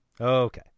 Okay